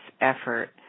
effort